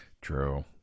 True